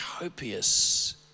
copious